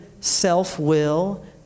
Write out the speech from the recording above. self-will